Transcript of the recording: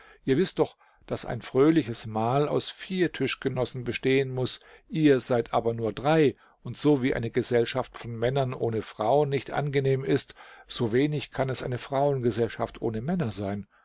ihr wißt doch daß ein fröhliches mahl aus vier tischgenossen bestehen muß ihr seid aber nur drei und so wie eine gesellschaft von männern ohne frauen nicht angenehm ist so wenig kann es eine frauengesellschaft ohne männer sein